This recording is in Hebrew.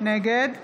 נגד